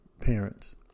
parents